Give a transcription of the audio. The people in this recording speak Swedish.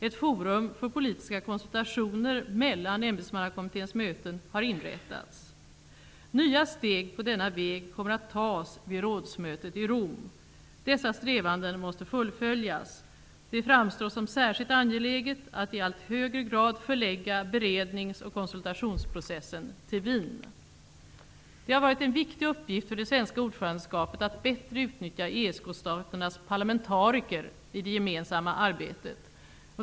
Ett forum för politiska konsultationer mellan ämbetsmannakommitténs möten har inrättats. Nya steg på denna väg kommer att tas vid rådsmötet i Rom. Dessa strävanden måste fullföljas. Det framstår som särskilt angeläget att i allt högre grad förlägga berednings och konsultationsprocessen till Wien. Det har varit en viktig uppgift för det svenska ordförandeskapet att bättre utnyttja ESK-staternas parlamentariker i det gemensamma arbetet.